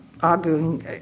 arguing